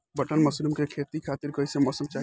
Button mushroom के खेती खातिर कईसे मौसम चाहिला?